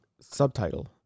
subtitle